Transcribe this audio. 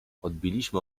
odbiliśmy